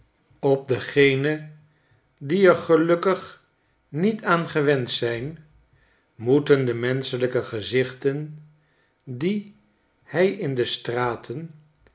op degenen die er gelukkig niet aan gewend zijn moeten de menschelijke gezichten die hij in de straten